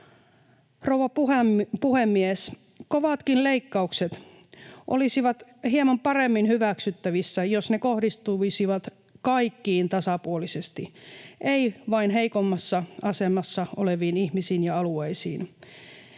vialla. Puhemies! Kovatkin leikkaukset olisivat hieman paremmin hyväksyttävissä, jos ne kohdistuisivat kaikkiin tasapuolisesti, eivät vain heikommassa asemassa oleviin ihmisiin ja alueisiin.